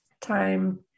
Time